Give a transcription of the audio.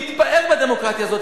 מתפאר בדמוקרטיה הזאת.